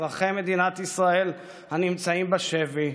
אזרחי מדינת ישראל הנמצאים בשבי.